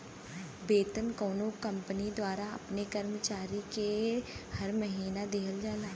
वेतन कउनो कंपनी द्वारा अपने कर्मचारी के हर महीना दिहल जाला